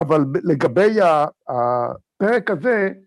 אבל לגבי הפרק הזה